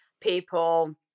people